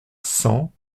cent